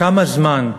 כמה זמן,